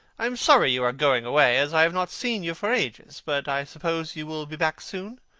i am sorry you are going away, as i have not seen you for ages. but i suppose you will be back soon?